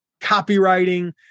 copywriting